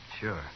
Sure